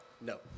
no